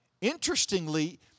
Interestingly